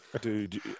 Dude